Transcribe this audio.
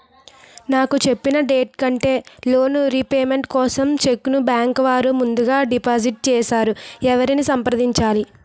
నాకు చెప్పిన డేట్ కంటే లోన్ రీపేమెంట్ కోసం చెక్ ను బ్యాంకు వారు ముందుగా డిపాజిట్ చేసారు ఎవరిని సంప్రదించాలి?